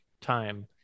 time